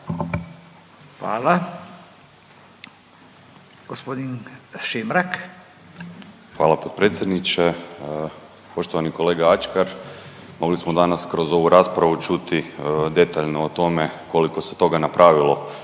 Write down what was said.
Maksimilijan (HDZ)** Hvala potpredsjedniče. Poštovani kolega Ačkar, mogli smo danas kroz ovu raspravu čuti detaljno o tome koliko se toga napravilo